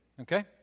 okay